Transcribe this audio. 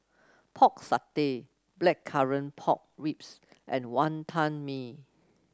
Pork Satay Blackcurrant Pork Ribs and Wonton Mee